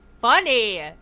funny